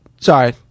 sorry